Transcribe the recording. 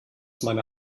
meine